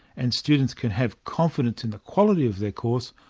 and students can have confidence in the quality of their course,